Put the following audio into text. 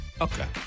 Okay